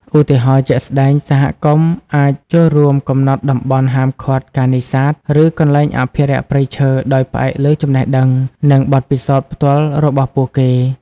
ឧទាហរណ៍ជាក់ស្ដែង សហគមន៍អាចចូលរួមកំណត់តំបន់ហាមឃាត់ការនេសាទ ឬកន្លែងអភិរក្សព្រៃឈើ ដោយផ្អែកលើចំណេះដឹង និងបទពិសោធន៍ផ្ទាល់របស់ពួកគេ។